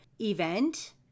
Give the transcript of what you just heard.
event